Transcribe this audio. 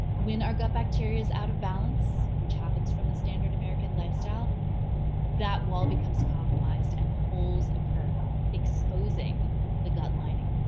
when our gut bacteria is out of balance which happens from the standard american lifestyle that wall becomes compromised and holes occur exposing the gut lining.